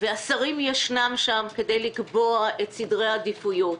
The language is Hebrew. השרים ישנם שם כדי לקבוע את סדרי העדיפויות,